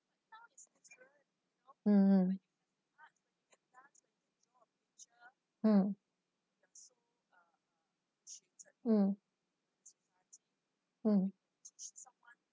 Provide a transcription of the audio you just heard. mm mm mm mm